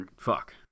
Fuck